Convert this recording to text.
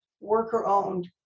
worker-owned